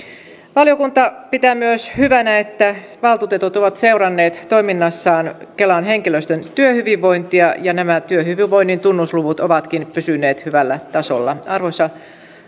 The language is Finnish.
valiokunta pitää myös hyvänä että valtuutetut ovat seuranneet toiminnassaan kelan henkilöstön työhyvinvointia ja nämä työhyvinvoinnin tunnusluvut ovatkin pysyneet hyvällä tasolla arvoisa